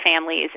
families